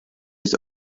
was